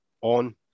on